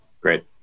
Great